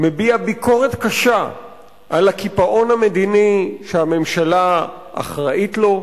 מביע ביקורת קשה על הקיפאון המדיני שהממשלה אחראית לו,